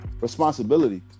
Responsibility